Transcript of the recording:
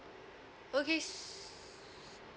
okay